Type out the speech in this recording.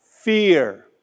fear